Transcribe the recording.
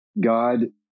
God